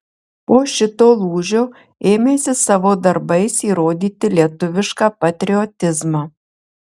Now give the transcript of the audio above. po šito lūžio ėmėsi savo darbais įrodyti lietuvišką patriotizmą